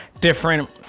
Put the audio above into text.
different